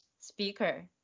speaker